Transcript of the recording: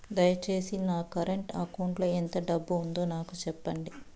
దయచేసి నా current account లో ఎంత డబ్బు ఉందో నాకు సెప్పండి